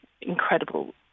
incredible